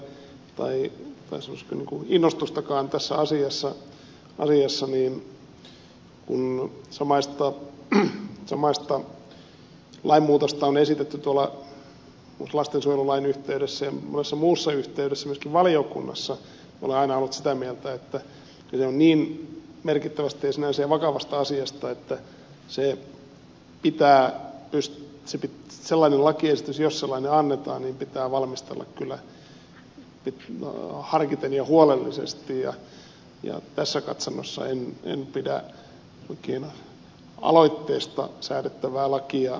hemmilän oikeutta tai sanoisiko innostustakaan tässä asiassa niin kun samaista lainmuutosta on esitetty lastensuojelulain yhteydessä ja monessa muussa yhteydessä myöskin valiokunnassa minä olen aina ollut sitä mieltä että kyse on niin merkittävästä ja sinänsä vakavasta asiasta että jos sellainen lakiesitys annetaan se pitää valmistella kyllä harkiten ja huolellisesti ja tässä katsannossa en pidä aloitteesta säädettävää lakia ehkä parhaana ratkaisuna